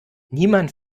niemand